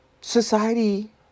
Society